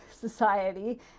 society